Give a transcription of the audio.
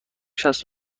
شصت